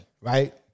right